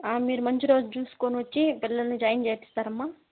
మీరు మంచి రోజు చూసుకుని వచ్చి పిల్లల్ని జాయిన్ చేయిస్తారమ్మా